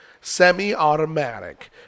semi-automatic